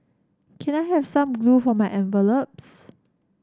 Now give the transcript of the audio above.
can I have some glue for my envelopes